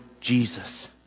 Jesus